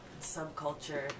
subculture